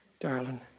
Darling